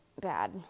bad